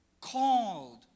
called